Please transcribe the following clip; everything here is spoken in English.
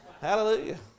Hallelujah